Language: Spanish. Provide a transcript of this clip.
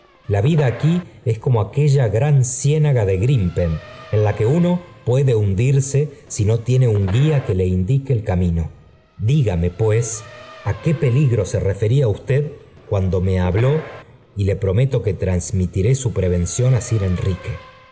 la vida aquí es como aquella gran ciénaga de grimpen en la que uno puede hundirse si no tiene un guía que le indique el camino dígame pues á qué peligto se refería usted cuan do me habló y le prometo que transmitiré su prevención á sir enrique